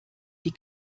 die